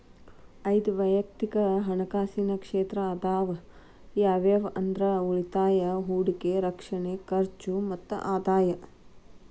ಐದ್ ವಯಕ್ತಿಕ್ ಹಣಕಾಸಿನ ಕ್ಷೇತ್ರ ಅದಾವ ಯಾವ್ಯಾವ ಅಂದ್ರ ಉಳಿತಾಯ ಹೂಡಿಕೆ ರಕ್ಷಣೆ ಖರ್ಚು ಮತ್ತ ಆದಾಯ